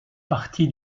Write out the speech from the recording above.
partie